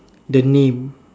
the name